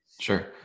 Sure